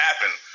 happen